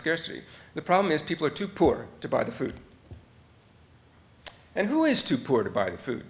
scarcity the problem is people are too poor to buy the food and who is too poor to buy food